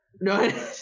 No